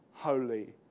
Holy